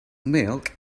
milk